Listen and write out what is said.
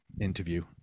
interview